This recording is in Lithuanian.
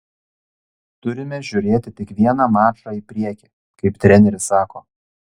turime žiūrėti tik vieną mačą į priekį kaip treneris sako